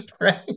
Right